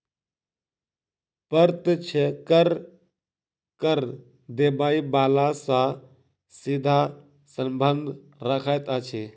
प्रत्यक्ष कर, कर देबय बला सॅ सीधा संबंध रखैत अछि